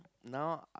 now uh